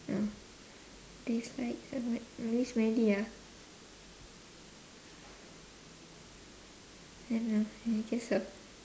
uh dislike uh maybe smelly ah can ah uh just a